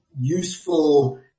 useful